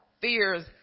fears